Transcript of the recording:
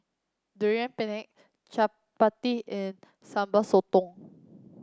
Durian Pengat Chappati and Sambal Sotong